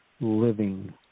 living